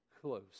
close